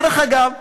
דרך אגב,